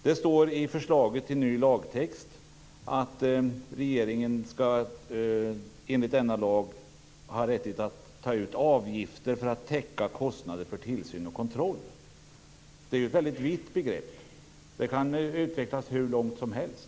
Det står i förslaget till ny lagtext att regeringen skall ha rätt att ta ut avgifter för att täcka kostnader för tillsyn och kontroll. Det är ett vitt begrepp. Det kan utvecklas hur långt som helst.